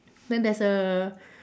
then there's a